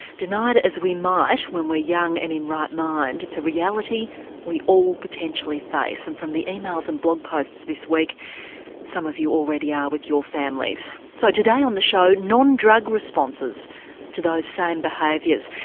deny it as we might when we're young and in right mind, it's a reality we all potentially face and from the emails and blog posts this week some of you already are with your families. so today on the show, non-drug responses to those same behaviours.